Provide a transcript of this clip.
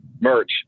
merch